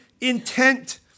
intent